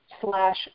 slash